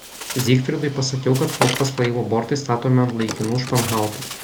zygfridui pasakiau kad kol kas laivo bortai statomi ant laikinų španhautų